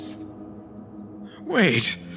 Wait